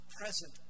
present